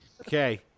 Okay